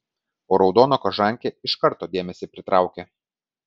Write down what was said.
o raudona kožankė iš karto dėmesį pritraukia